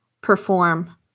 perform